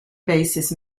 bassist